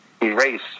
erase